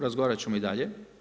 Razgovarat ćemo i dalje.